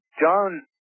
John